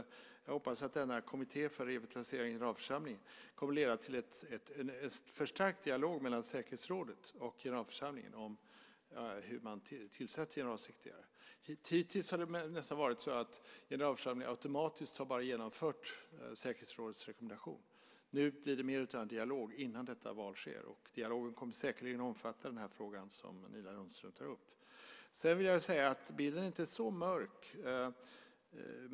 Jag hoppas att denna kommitté för revitalisering av generalförsamlingen kommer att leda till en förstärkt dialog mellan säkerhetsrådet och generalförsamlingen om hur man tillsätter generalsekreterare. Hittills har generalförsamlingen automatiskt genomfört säkerhetsrådets rekommendation. Nu blir det mer av en dialog innan detta val sker. Dialogen kommer säkerligen att omfatta den fråga Nina Lundström tar upp. Bilden är inte så mörk.